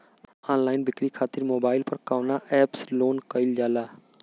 Online बिक्री खातिर mobile पर कवना एप्स लोन कईल जाला?